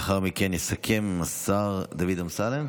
לאחר מכן יסכם השר דוד אמסלם?